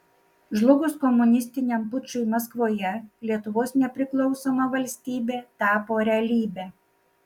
žlugus komunistiniam pučui maskvoje lietuvos nepriklausoma valstybė tapo realybe